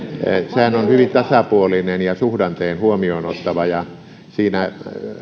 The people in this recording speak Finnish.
sehän on hyvin tasapuolinen ja suhdanteen huomioon ottava ja siinä